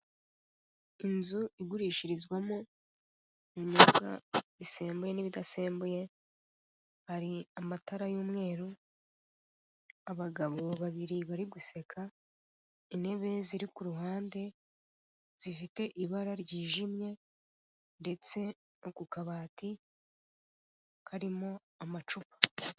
Inzu igurishirizwamo ibinyobwa bisembuye n'ibidasembuye hari amatara y'umweru abagabo babiri bari guseka, intebe ziri ku ruhande zifite ibara ryijimye ndetse akao kabati karimo amcupa.